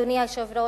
אדוני היושב-ראש,